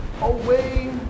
away